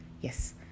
Yes